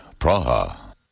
Praha